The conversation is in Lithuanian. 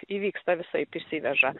įvyksta visaip išsiveža